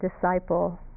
disciple